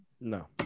No